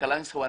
בקלנסואה